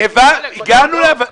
הגענו להבנה.